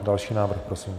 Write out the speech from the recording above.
Další návrh prosím.